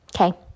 Okay